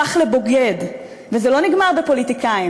הפך לבוגד, וזה לא נגמר בפוליטיקאים.